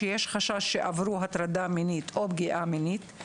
שיש חשש שעברו הטרדה מינית או פגיעה מינית,